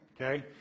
okay